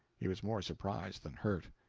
he was more surprised than hurt.